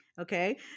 Okay